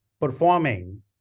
performing